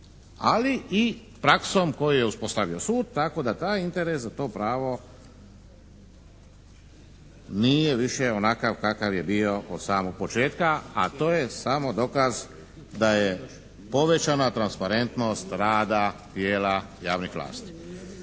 ali i praksom koju je uspostavio sud tako da taj interes za to pravo nije više onakav kakav je bio od samog početka a to je samo dokaz da je povećana transparentnost rada tijela javnih vlasti.